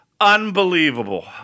Unbelievable